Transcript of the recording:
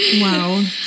Wow